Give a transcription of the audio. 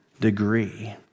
degree